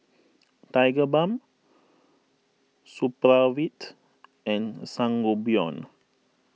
Tigerbalm Supravit and Sangobion